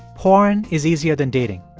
porn is easier than dating.